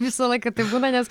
visą laiką taip būna nes